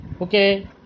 Okay